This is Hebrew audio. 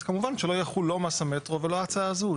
אז כמובן שלא יחול לא מס המטרו ולא ההצעה הזו,